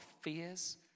fears